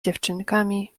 dziewczynkami